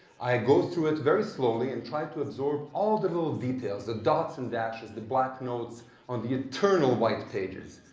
i go through it very slowly and try to absorb all the little details, the dots and dashes, the black notes on the eternal white pages.